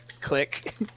Click